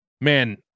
man